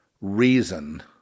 reason